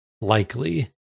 likely